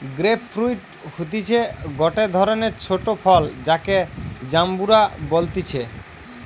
grape fruit হতিছে গটে ধরণের ছোট ফল যাকে জাম্বুরা বলতিছে